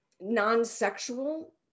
non-sexual